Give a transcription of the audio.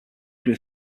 grew